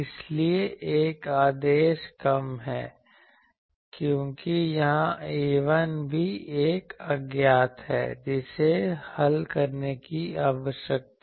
इसलिए एक आदेश कम है क्योंकि यहां A1 भी एक अज्ञात है जिसे हल करने की आवश्यकता है